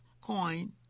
coin